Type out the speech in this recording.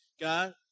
God